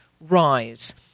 rise